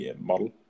model